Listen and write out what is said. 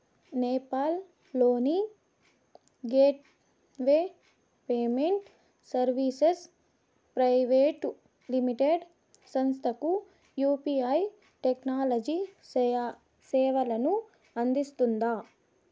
నేపాల్ లోని gateway payment services private limited సంస్థకు UPI technology సేవలను అందిస్తుందా?